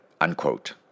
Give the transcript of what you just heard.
unquote